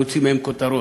להוציא מהם כותרות.